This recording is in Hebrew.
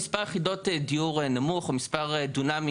מספר יחידות דיור נמוך או מספר דונמים